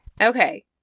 Okay